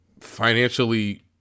financially